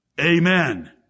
Amen